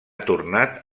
tornat